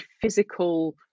physical